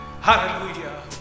Hallelujah